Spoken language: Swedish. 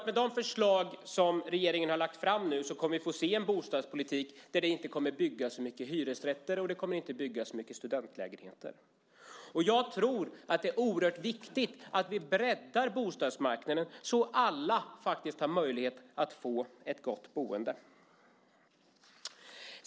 Med de förslag som regeringen har lagt fram kommer vi att få se en bostadspolitik där det inte kommer att byggas så många hyresrätter och studentlägenheter. Det är oerhört viktigt att vi breddar bostadsmarknaden så att alla har möjlighet att få ett gott boende.